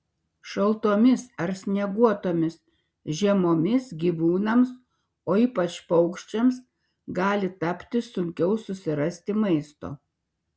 šaltomis ar snieguotomis žiemomis gyvūnams o ypač paukščiams gali tapti sunkiau susirasti maisto